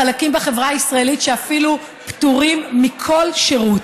חלקים בחברה הישראלית שאפילו פטורים מכל שירות.